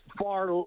far